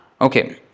Okay